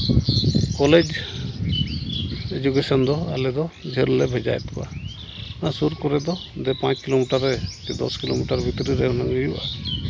college education ᱫᱚ ᱟᱞᱮ ᱫᱚ ᱡᱷᱟᱹᱞ ᱞᱮ ᱵᱷᱮᱡᱟᱭᱮᱫ ᱠᱚᱣᱟ ᱱᱚᱣᱟ ᱥᱩᱨ ᱠᱚᱨᱮ ᱫᱚ ᱫᱩᱭ ᱯᱟᱸᱪ ᱠᱤᱞᱳᱢᱤᱴᱟᱨ ᱥᱮ ᱫᱚᱥ ᱠᱤᱞᱳᱢᱤᱴᱟᱨ ᱵᱷᱤᱛᱨᱤ ᱨᱮ ᱦᱩᱱᱟᱹᱜ ᱦᱩᱭᱩᱜᱼᱟ